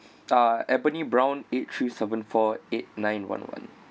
uh ebony brown eight three seven four eight nine one one